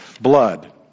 Blood